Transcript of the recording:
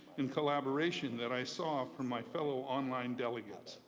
and collaboration that i saw from my fellow online delegates.